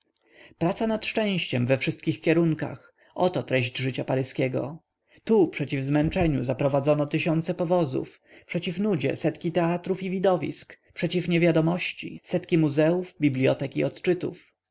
praca nad szczęściem we wszystkich kierunkach oto treść życia paryskiego tu przeciw zmęczeniu zaprowadzono tysiące powozów przeciw nudzie setki teatrów i widowisk przeciw niewiadomości setki muzeów bibliotek i odczytów